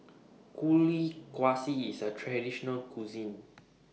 Kuih Kaswi IS A Traditional Local Cuisine